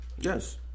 Yes